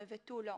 ותו לא.